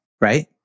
right